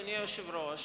אדוני היושב-ראש,